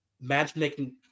matchmaking